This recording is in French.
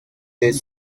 des